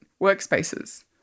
workspaces